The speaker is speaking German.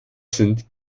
sind